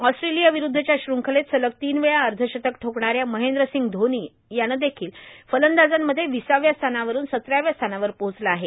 Australia विरूद्धच्या श्रंखलेत सलग तीनवेळा अर्धशतक ठोकणाऱ्या महेंद्रसिंग धोनी देखील फलंदाजांमध्ये विसाव्या स्थानावरून सतराव्या स्थानावर पोहोचला आहे